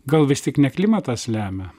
gal vis tik ne klimatas lemia